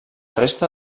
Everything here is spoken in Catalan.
resta